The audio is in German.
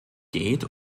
geht